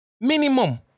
Minimum